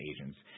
agents